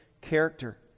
character